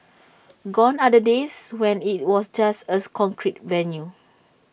gone are the days when IT was just A concrete venue